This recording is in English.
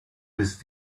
with